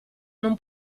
non